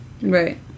Right